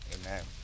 Amen